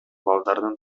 балдардын